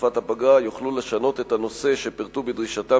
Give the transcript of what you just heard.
בתקופת הפגרה יוכלו לשנות את הנושא שפירטו בדרישתם,